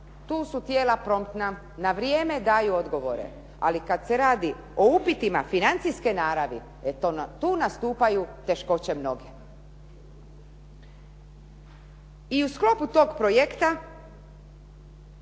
tu su tijela promptna, na vrijeme daju odgovore. Ali kad se radi o upitima financijske naravi, e tu nastupaju teškoće mnoge. I u sklopu tog projekta